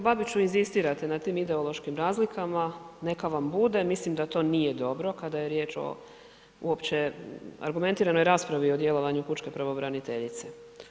Kolega Babiću, inzistirate na tim ideološkim razlikama, neka vam bude, mislim da to nije dobro kada je riječ o uopće argumentiranoj raspravi o djelovanju pučke pravobraniteljice.